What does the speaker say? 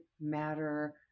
matter